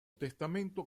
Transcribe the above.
testamento